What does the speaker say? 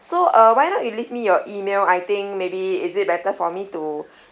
so uh why not you leave me your email I think maybe is it better for me to